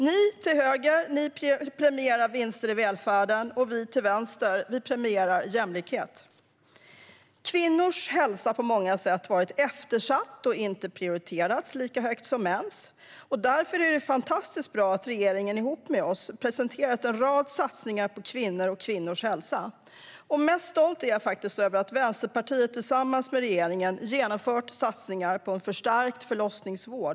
Ni till höger premierar vinster i välfärden. Vi till vänster premierar jämlikhet. Kvinnors hälsa har på många sätt varit eftersatt och inte prioriterats lika högt som mäns. Därför är det fantastiskt bra att regeringen ihop med oss har presenterat en rad satsningar på kvinnor och kvinnors hälsa. Mest stolt är jag faktiskt över att Vänsterpartiet tillsammans med regeringen genomfört satsningar på en förstärkt förlossningsvård.